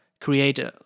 create